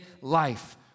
life